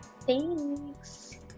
thanks